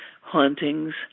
hauntings